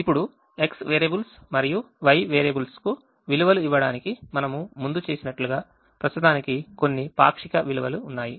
ఇప్పుడు X variables మరియు Y variables కు విలువలు ఇవ్వడానికి మనము ముందు చేసినట్లుగా ప్రస్తుతానికి కొన్ని పాక్షిక విలువలు ఉన్నాయి